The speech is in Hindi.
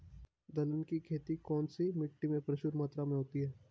दलहन की खेती कौन सी मिट्टी में प्रचुर मात्रा में होती है?